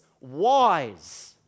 Wise